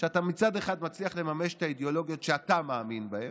אתה מצד אחד מצליח לממש את האידיאולוגיות שאתה מאמין בהן,